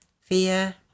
fear